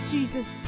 Jesus